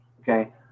Okay